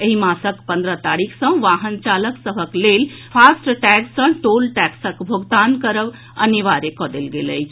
एहि मासक पन्द्रह तारीख सँ वाहन चालक सभक लेल फास्ट टैग सॅ टोल टैक्सक भोगतान करब अनिवार्य कऽ देल गेल अछि